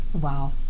wow